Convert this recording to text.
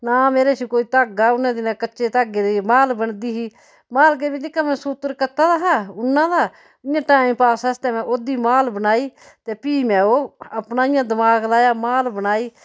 नां मेरे कश कोई धागा उ'नें दिनें कच्चे धागे दी माल बनदी ही माल के जेह्का में सूत्तर कत्ते दा हा उन्ना दा इ'यां टाइम पास आस्तै में ओह्दी माल बनाई ते फ्ही में ओह् अपना इ'यां दमाग लाएआ माल बनाई